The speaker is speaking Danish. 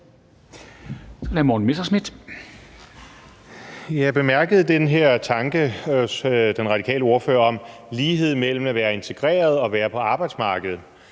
Jeg bemærkede den her tanke hos den radikale ordfører om ligheden mellem at være integreret og være på arbejdsmarkedet.